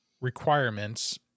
requirements